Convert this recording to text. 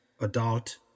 adult